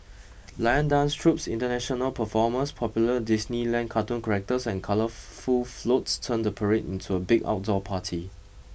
lion dance troupes international performers popular Disneyland cartoon characters and colourful floats turn the parade into a big outdoor party